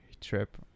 trip